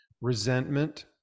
resentment